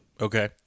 okay